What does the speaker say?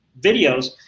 videos